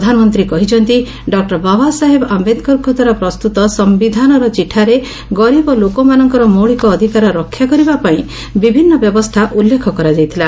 ପ୍ରଧାନମନ୍ତ୍ରୀ କହିଛନ୍ତି ଡକୁର ବାବାସାହେବ ଆମ୍ବେଦକରଙ୍କଦ୍ୱାରା ପ୍ରସ୍ତତ ସମ୍ଭିଧାନର ଚିଠାରେ ଗରିବ ଲୋକମାନଙ୍କର ମୌଳିକ ଅଧିକାର ରକ୍ଷା କରିବାପାଇଁ ବିଭିନ୍ନ ବ୍ୟବସ୍ଥା ଉଲ୍ଲେଖ କରାଯାଇଥିଲା